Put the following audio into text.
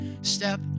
step